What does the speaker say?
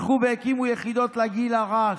הלכו והקימו יחידות לגיל הרך.